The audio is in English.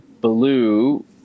blue